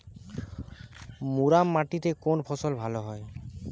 মুরাম মাটিতে কোন ফসল ভালো হয়?